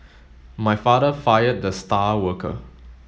my father fired the star worker